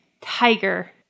tiger